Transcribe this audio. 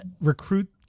recruit